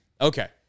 okay